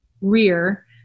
rear